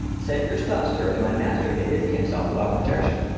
send your stuff, sir, that my master may busy himself about projection.